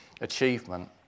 achievement